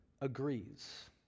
agrees